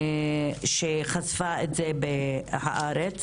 קפלנסקי, שחשפה את זה ב"הארץ".